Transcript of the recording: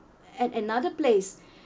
at another place